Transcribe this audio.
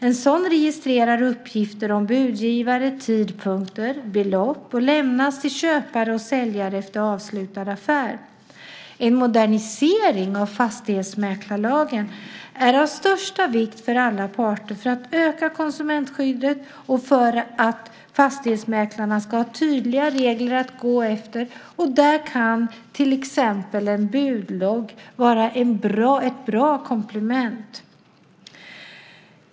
En sådan registrerar uppgifter om budgivare, tidpunkter, belopp och lämnas till köpare och säljare efter avslutad affär. En modernisering av fastighetsmäklarlagen är av största vikt för alla parter för att öka konsumentskyddet och för att fastighetsmäklarna ska ha tydliga regler att gå efter, och där kan till exempel en budlogg vara ett bra komplement.